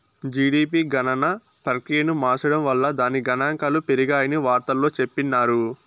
GDP గణన ప్రక్రియను మార్సడం వల్ల దాని గనాంకాలు పెరిగాయని వార్తల్లో చెప్పిన్నారు